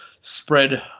spread